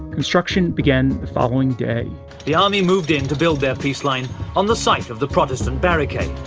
construction began the following day the army moved in to build that peace line on the site of the protestant barricade.